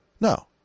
No